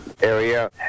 area